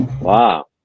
Wow